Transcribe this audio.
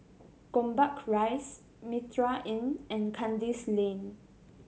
Gombak Rise Mitraa Inn and Kandis Lane